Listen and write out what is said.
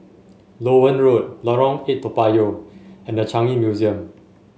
Loewen Road Lorong Eight Toa Payoh and The Changi Museum